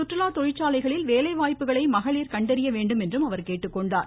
சுற்றுலா தொழிற்சாலைகளில் வேலைவாய்ப்புகளை மகளிர் கண்டறிய வேண்டும் என்றும் அவர் கேட்டுக்கொண்டார்